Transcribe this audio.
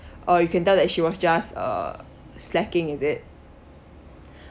uh you can tell that she was just uh slacking is it